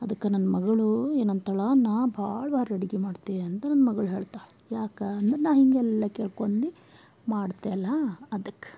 ಅದಕ್ಕೆ ನನ್ನ ಮಗಳು ಏನಂತಾಳೆ ನಾ ಭಾಳ್ವಾರ ಅಡುಗಿ ಮಾಡ್ತೆ ಅಂತ ನನ್ನ ಮಗಳು ಹೇಳ್ತಾಳೆ ಯಾಕೆ ಅಂದ್ರ ನಾನು ಹಿಂಗೆಲ್ಲಾ ಕೇಳ್ಕೊಂಡು ಮಾಡ್ತೆ ಅಲ್ಲಾ ಅದಕ್ಕ